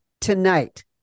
tonight